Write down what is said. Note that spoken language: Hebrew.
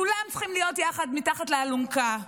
כולם צריכים להיות יחד מתחת לאלונקה.